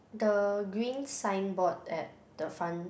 the green signboard at the front